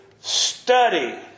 study